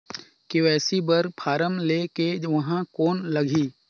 KYC बर form ले के ऊहां कौन लगही?